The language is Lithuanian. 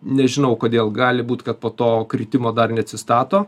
nežinau kodėl gali būt kad po to kritimo dar neatsistato